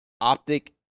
Optic